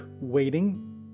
waiting